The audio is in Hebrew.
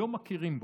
לא מכירים בו.